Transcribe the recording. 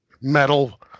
metal